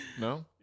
No